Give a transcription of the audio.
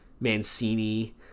Mancini